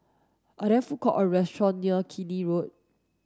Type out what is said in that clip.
are there food courts or restaurants near Keene Road